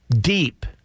deep